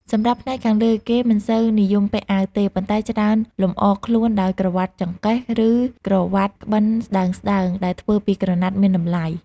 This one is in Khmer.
សម្រាប់ផ្នែកខាងលើ គេមិនសូវនិយមពាក់អាវទេ ប៉ុន្តែច្រើនលម្អខ្លួនដោយ ក្រវាត់ចង្កេះ ឬក្រវាត់ក្បិនស្តើងៗដែលធ្វើពីក្រណាត់មានតម្លៃ។